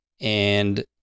and-